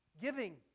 Giving